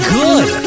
good